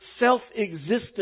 self-existent